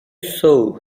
sow